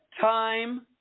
time